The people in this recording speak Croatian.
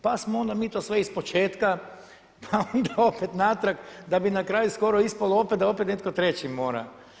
Pa smo onda mi to sve ispočetka, pa onda opet natrag da bi na kraju skoro ispalo opet da opet netko treći mora.